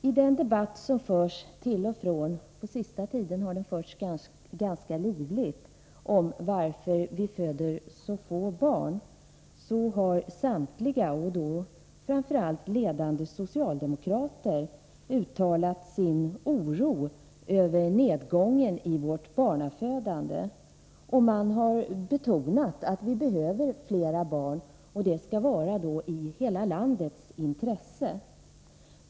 I den debatt som förs till och från — på senaste tiden har den förts ganska livligt — om varför vi föder så få barn har samtliga deltagare, framför allt ledande socialdemokrater, uttalat sin oro över nedgången i vårt barnafödande. Man har betonat att vi behöver fler barn och att det ligger i hela landets intresse.